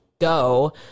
go